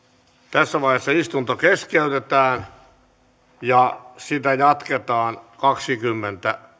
tässä vaiheessa istunto keskeytetään ja sitä jatketaan kello kaksikymmentä